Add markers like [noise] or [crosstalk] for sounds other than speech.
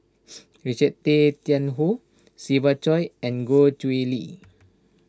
[noise] Richard Tay Tian Hoe Siva Choy and Goh Chiew Lye